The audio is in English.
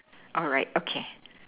all right okay